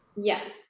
yes